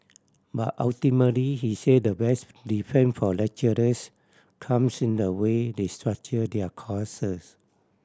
but ultimately he said the best defence for lecturers comes in the way they structure their courses